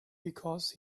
because